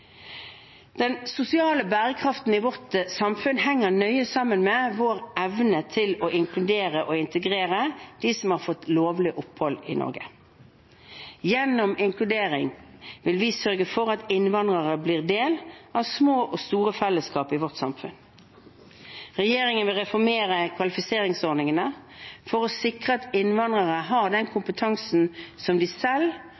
Den sosiale bærekraften i vårt samfunn henger nøye sammen med vår evne til å inkludere og integrere dem som har fått lovlig opphold i Norge. Gjennom inkludering vil vi sørge for at innvandrere blir del av små og store fellesskap i vårt samfunn. Regjeringen vil reformere kvalifiseringsordningene for å sikre at innvandrere har den